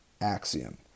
axiom